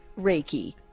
reiki